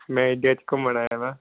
ਮੈਂ ਇੰਡੀਆ 'ਚ ਘੁੰਮਣ ਆਇਆ ਹਾਂ